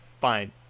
fine